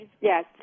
Yes